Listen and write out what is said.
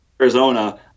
arizona